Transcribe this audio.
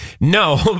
No